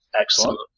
Excellent